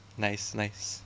nice nice